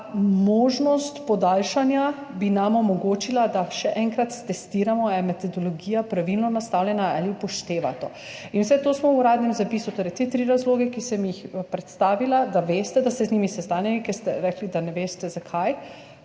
možnost podaljšanja bi nam omogočila, da še enkrat testiramo, ali je metodologija pravilno nastavljena, ali to upošteva. Vse to smo [napisali] v uradnem zapisu, torej vse tri razloge, ki sem jih predstavila, da veste, da ste z njimi seznanjeni, ker ste rekli, da ne veste, zakaj